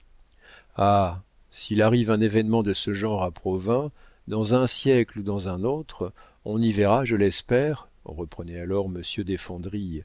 ah s'il arrive un événement de ce genre à provins dans un siècle ou dans un autre on y verra je l'espère reprenait alors